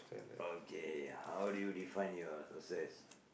okay how do you define your success